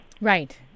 Right